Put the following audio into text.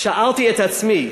שאלתי את עצמי,